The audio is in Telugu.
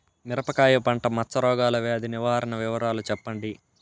మిరపకాయ పంట మచ్చ రోగాల వ్యాధి నివారణ వివరాలు చెప్పండి?